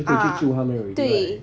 ah 对